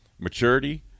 maturity